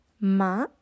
Ma